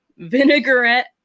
Vinaigrette